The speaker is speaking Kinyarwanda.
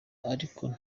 ariko